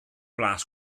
blas